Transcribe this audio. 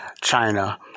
China